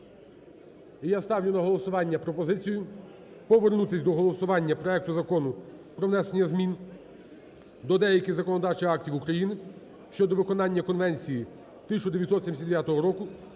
я ставлю на голосування пропозицію повернутись до голосування проекту Закону про внесення змін до деяких законодавчих актів України (щодо виконання Конвенції 1979 року